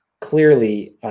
clearly